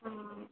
ಹಾಂ